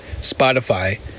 Spotify